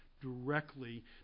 directly